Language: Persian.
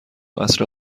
عصر